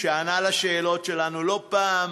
שענה לשאלות שלנו, לא פעם